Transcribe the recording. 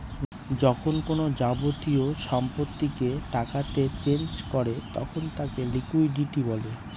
যখন কোনো যাবতীয় সম্পত্তিকে টাকাতে চেঞ করে তখন তাকে লিকুইডিটি বলে